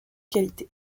qualité